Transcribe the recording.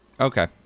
Okay